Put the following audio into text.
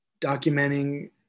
documenting